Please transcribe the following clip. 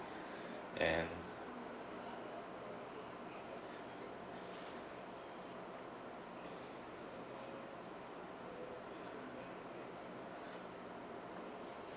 and